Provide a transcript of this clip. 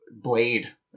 Blade